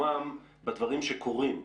יישומם בדברים שקורים.